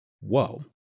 Whoa